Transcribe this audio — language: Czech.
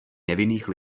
nevinných